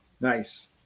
Nice